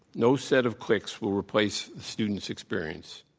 no set of clicks will replace students' experience.